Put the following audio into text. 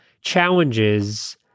challenges